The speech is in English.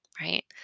right